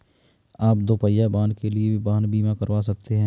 आप दुपहिया वाहन के लिए भी वाहन बीमा करवा सकते हैं